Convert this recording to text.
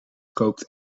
kookt